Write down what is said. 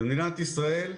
במדינת ישראל,